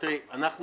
--- אנחנו